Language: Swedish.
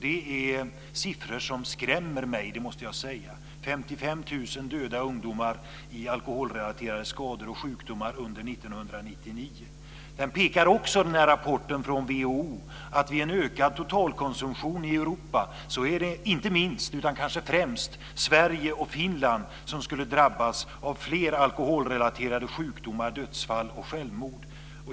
Det är siffror som skrämmer mig, det måste jag säga: Den här rapporten från WHO pekar också på att vid en ökad totalkonsumtion i Europa är det inte minst, utan kanske främst, Sverige och Finland som skulle drabbas av fler alkoholrelaterade sjukdomar, dödsfall och självmord.